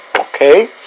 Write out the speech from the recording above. Okay